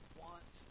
want